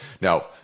Now